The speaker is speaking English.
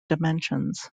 dimensions